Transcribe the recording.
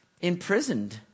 imprisoned